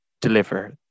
deliver